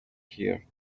here